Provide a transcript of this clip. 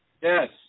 Yes